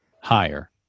higher